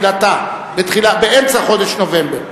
באמצע חודש נובמבר,